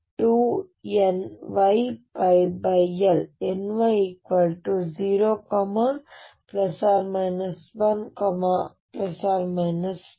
ಹಾಗೆಯೇ k22nyL ny0±1±2